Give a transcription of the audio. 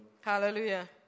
Hallelujah